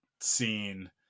scene